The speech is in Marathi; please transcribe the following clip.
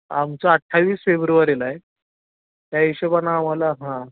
आमचं अठ्ठावीस फेब्रुवारीला आहे त्या हिशोबानं आम्हाला हां